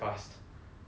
and err